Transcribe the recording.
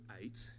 eight